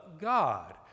God